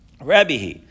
Rabbi